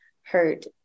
hurt